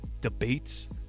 Debates